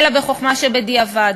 אלא בחוכמה שבדיעבד.